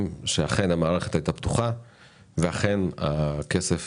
שאכן המערכת הייתה פתוחה ואכן הכסף